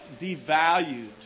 devalued